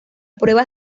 prueba